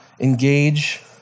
engage